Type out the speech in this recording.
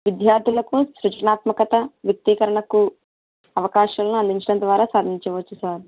విద్యార్థులకు సృజనాత్మకత వ్యక్తీకరణకు అవకాశం అందించడం ద్వారా సాధించవచ్చు సార్